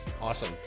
awesome